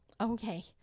Okay